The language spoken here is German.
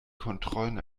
kontrollen